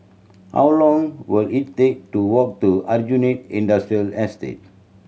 how long will it take to walk to Aljunied Industrial Estate